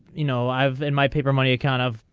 you know i have in my paper money account of.